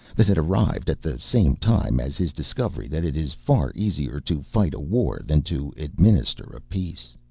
that had arrived at the same time as his discovery that it is far easier to fight a war than to administer a peace.